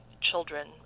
children